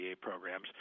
programs